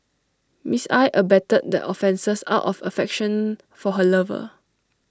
Miss I abetted the offences out of affection for her lover